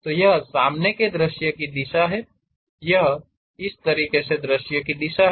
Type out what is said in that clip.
तो यह सामने का दृश्य की दिशा है यह इस तरह से शीर्ष दृश्य की दिशा है